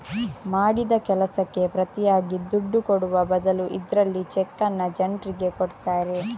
ಮಾಡಿದ ಕೆಲಸಕ್ಕೆ ಪ್ರತಿಯಾಗಿ ದುಡ್ಡು ಕೊಡುವ ಬದಲು ಇದ್ರಲ್ಲಿ ಚೆಕ್ಕನ್ನ ಜನ್ರಿಗೆ ಕೊಡ್ತಾರೆ